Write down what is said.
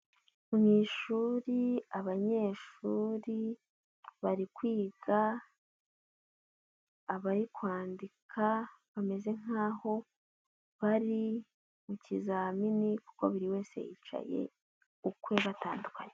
Ni mu ishuri, abanyeshuri bari kwiga, abari kwandika, bameze nk'aho bari mu kizamini kuko buri wese yicaye ukwe batandukanye.